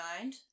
mind